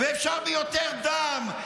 ואפשר ביותר דם,